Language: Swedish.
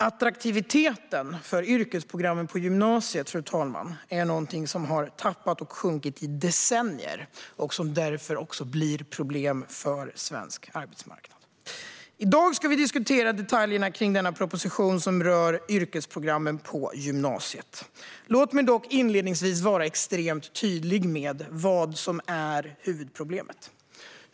Attraktiviteten hos yrkesprogrammen på gymnasiet har sjunkit i decennier. Det blir därför också ett problem för svensk arbetsmarknad. I dag ska vi diskutera detaljerna i denna proposition, som rör yrkesprogrammen på gymnasiet. Låt mig dock inledningsvis vara extremt tydlig med vad som är huvudproblemet.